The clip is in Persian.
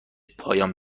پایان